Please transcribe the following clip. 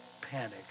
panic